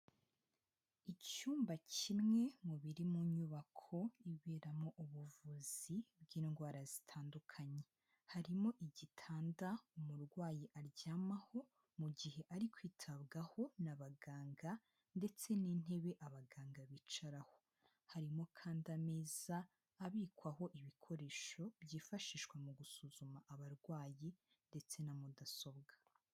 Icyumba kimwe mu biri mu nyubako iberamo ubuvuzi bw'indwara zitandukanye. Harimo igitanda umurwayi aryamaho mu gihe ari kwitabwaho n'abaganga ndetse n'intebe abaganga bicaraho. Harimo kandi ameza abikwaho ibikoresho byifashishwa mu gusuzuma abarwayi ndetse na mudasobwa.